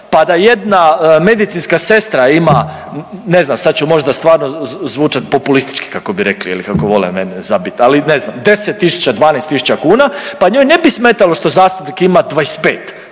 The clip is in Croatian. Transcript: pa da jedna medicinska sestra ima, ne znam, sad ću možda stvarno zvučati populistički, kako bi rekli ili kako vole mene zapitat, ali ne znam, 10 tisuća, 12 tisuća kuna, pa njoj ne bi smetalo što zastupnik ima 25